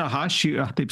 aha ši ah taip